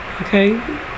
Okay